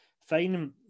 Fine